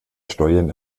steuern